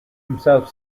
himself